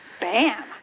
Bam